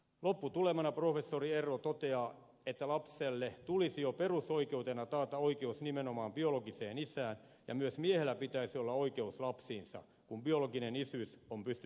lopputulemana professori ervo toteaa että lapselle tulisi jo perusoikeutena taata oikeus nimenomaan biologiseen isään ja myös miehellä pitäisi olla oikeus lapsiinsa kun biologinen isyys on pystytty selvittämään